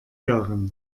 jahren